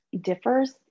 differs